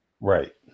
Right